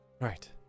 Right